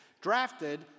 drafted